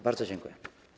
Bardzo dziękuję.